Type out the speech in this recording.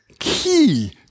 Key